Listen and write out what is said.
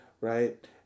right